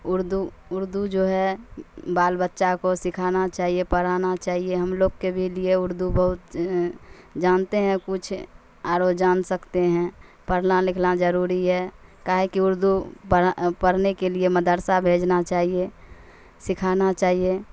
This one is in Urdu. اردو اردو جو ہے بال بچہ کو سکھانا چاہیے پڑھانا چاہیے ہم لوگ کے بھی لیے اردو بہت جانتے ہیں کچھ اور وہ جان سکتے ہیں پڑھنا لکھنا ضروری ہے کیا ہے کہ اردو پڑھا پڑھنے کے لیے مدرسہ بھیجنا چاہیے سکھانا چاہیے